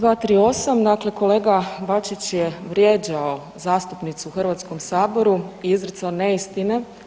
238., dakle kolega Bačić je vrijeđao zastupnicu u Hrvatskom saboru i izricao neistine.